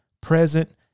present